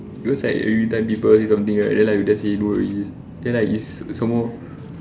looks like every time people say something right then like we just say no worry then it's like some more